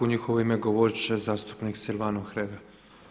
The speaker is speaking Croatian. U njihovo ime govorit će zastupnik Silvano Hrelja.